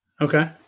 Okay